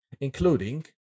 including